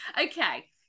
okay